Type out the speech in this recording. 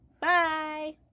Bye